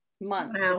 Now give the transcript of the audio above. months